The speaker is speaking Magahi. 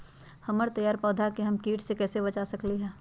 हमर तैयार पौधा के हम किट से कैसे बचा सकलि ह?